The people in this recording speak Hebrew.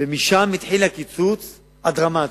ומשם התחיל הקיצוץ הדרמטי.